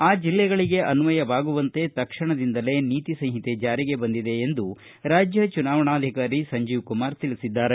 ಆ ಜಿಲ್ಲೆಗಳಿಗೆ ಅನ್ವಯವಾಗುವಂತೆ ತಕ್ಷಣದಿಂದಲೇ ನೀತಿ ಸಂಹಿತೆ ಜಾರಿಗೆ ಬಂದಿದೆ ಎಂದು ರಾಜ್ಯ ಚುನಾವಣಾಧಿಕಾರಿ ಸಂಜೀವ್ಕುಮಾರ್ ತಿಳಿಸಿದ್ದಾರೆ